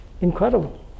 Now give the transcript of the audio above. incredible